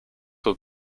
aux